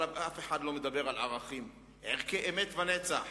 אבל אף אחד לא מדבר על ערכים, ערכי אמת ונצח.